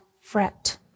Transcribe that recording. fret